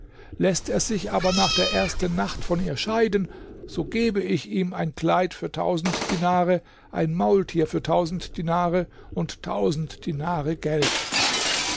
läßt er sich aber nach der ersten nacht von ihr scheiden so gebe ich ihm ein kleid für tausend dinare ein maultier für tausend dinare und tausend dinare geld